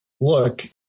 look